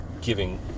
giving